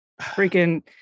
Freaking